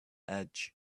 edge